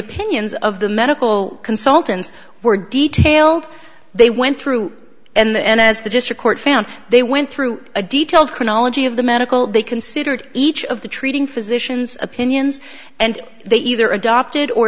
opinions of the medical consultants were detailed they went through and as the district court found they went through a detailed chronology of the medical they considered each of the treating physicians opinions and they either adopted or